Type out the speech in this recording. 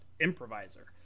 improviser